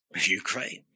Ukraine